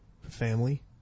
family